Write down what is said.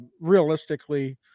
realistically